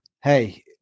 Hey